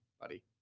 buddy